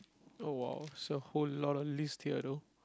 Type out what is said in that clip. oh !wow! is a whole lot of list here though